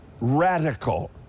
radical